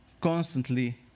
constantly